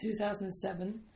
2007